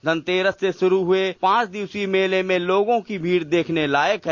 धनतेरस से शुरू हुए पाँच दिवसीय मेले में लोगों की भीड़ देखने लायक है